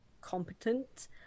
competent